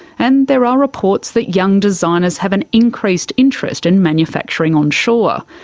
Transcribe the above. and there are reports that young designers have an increased interest in manufacturing onshore.